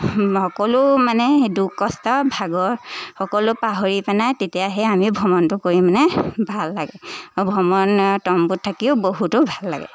সকলো মানে দুখ কষ্ট ভাগৰ সকলো পাহৰি পেনাই তেতিয়া সেই আমি ভ্ৰমণটো কৰি মানে ভাল লাগে আৰু ভ্ৰমণ তম্বুত থাকিও বহুতো ভাল লাগে